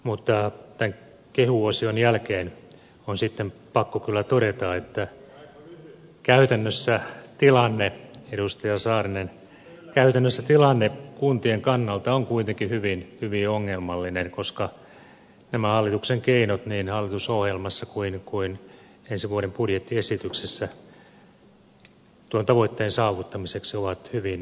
mutta tämän kehuosion jälkeen on sitten pakko kyllä todeta että käytännössä tilanne edustaja saarinen tilanne kuntien kannalta on kuitenkin hyvin ongelmallinen koska nämä hallituksen keinot niin hallitusohjelmassa kuin ensi vuoden budjettiesityksessä tuon tavoitteen saavuttamiseksi ovat hyvin hyvin ristiriitaiset